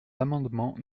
l’amendement